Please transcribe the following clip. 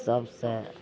सबसे